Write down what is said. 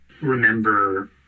remember